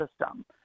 system